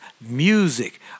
music